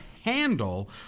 handle